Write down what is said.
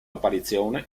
apparizione